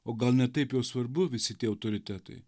o gal ne taip jau svarbu visi tie autoritetai